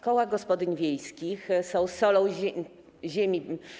Koła gospodyń wiejskich są solą ziemi.